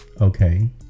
Okay